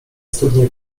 studnie